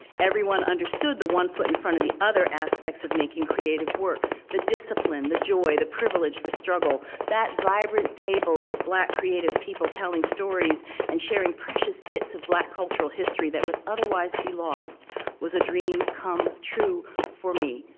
everyone understood the one foot in front of the other aspects of making creative work, the discipline, the joy, the privilege, the struggle. that vibrant table of black creative people telling stories and sharing precious bits of black cultural history that would otherwise be lost was a dream come true for me,